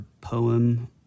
poem